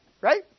right